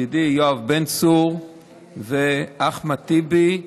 ידידי יואב בן צור ואחמד טיבי,